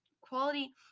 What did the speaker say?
Quality